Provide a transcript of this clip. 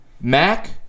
Mac